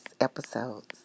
episodes